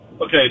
Okay